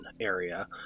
area